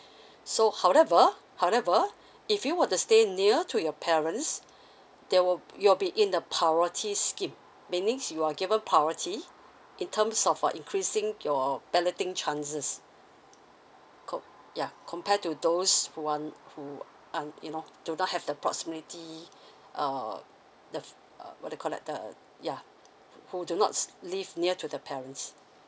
so however however if you were to stay near to your parents there will you're be in the priority scheme meaning you're given priority in terms of uh increasing your balloting chances com~ ya compare to those who are who are you know do not have the proximity uh the uh what do you call that the ya who do not live near to the parents